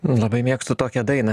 labai mėgstu tokią dainą